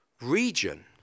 region